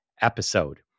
episode